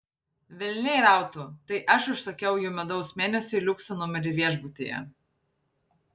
velniai rautų tai aš užsakiau jų medaus mėnesiui liukso numerį viešbutyje